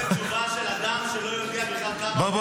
זאת תשובה של אדם שלא יודע בכלל --- לא,